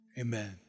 Amen